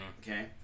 Okay